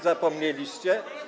Zapomnieliście?